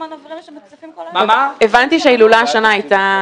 הבנתי שההילולה הייתה